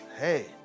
hey